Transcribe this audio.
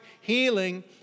Healing